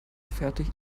fertig